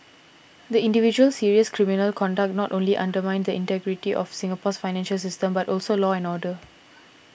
the individual's serious criminal conduct not only undermined the integrity of Singapore's financial system but also law and order